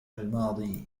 الماضي